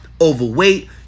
overweight